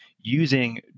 using